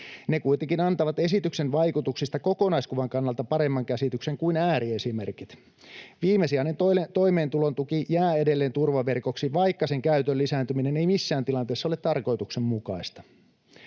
Ne kuitenkin antavat esityksen vaikutuksista kokonaiskuvan kannalta paremman käsityksen kuin ääriesimerkit. Viimesijainen toimeentulotuki jää edelleen turvaverkoksi, vaikka sen käytön lisääntyminen ei missään tilanteessa ole tarkoituksenmukaista.